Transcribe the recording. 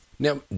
Now